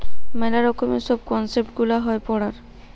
মেলা রকমের সব কনসেপ্ট গুলা হয় পড়ার